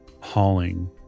hauling